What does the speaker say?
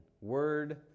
Word